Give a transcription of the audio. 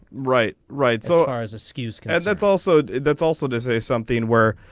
right right so ours a skews because that's also did that's also does a something where.